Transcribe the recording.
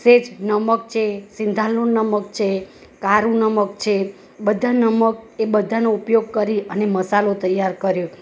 સહેજ નમક છે સિંધાલુણ નમક છે કાળું નમક છે બધા નમક એ બધાનો ઉપયોગ કરી અને મસાલો તૈયાર કર્યો